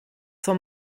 zur